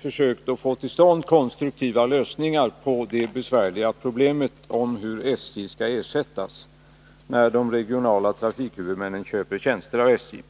försökt få till stånd konstruktiva lösningar på det besvärliga problemet om hur SJ skall ersättas när de regionala trafikhuvudmännen köper tjänster av SJ.